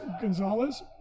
Gonzalez